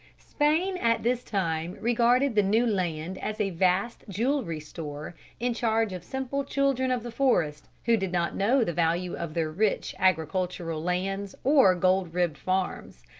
spain at this time regarded the new land as a vast jewelry store in charge of simple children of the forest who did not know the value of their rich agricultural lands or gold-ribbed farms.